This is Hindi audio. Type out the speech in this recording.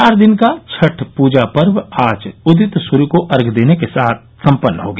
चार दिन का छठ पूजा पर्व आज उदित सूर्य को अर्घय देने के बाद सम्पन्न हो गया